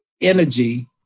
energy